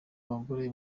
abagore